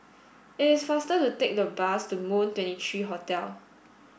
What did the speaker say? it is faster to take the bus to Moon twenty three Hotel